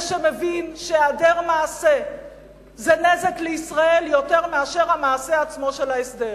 ושמבין שהיעדר מעשה זה נזק לישראל יותר מאשר המעשה עצמו של ההסדר.